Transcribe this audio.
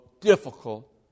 difficult